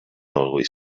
always